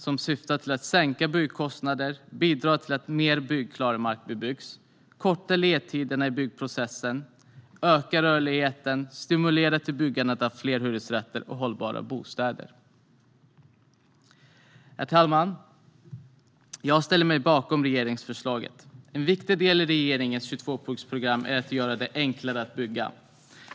Det syftar till att sänka byggkostnader, bidra till att mer byggklar mark bebyggs, korta ledtiderna i byggprocessen, öka rörligheten och stimulera till byggandet av fler hyresrätter och hållbara bostäder. Herr talman! Jag ställer mig bakom regeringsförslaget. En viktig del i regeringens 22-punktsprogram är att göra det enklare att bygga.